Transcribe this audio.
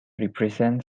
represent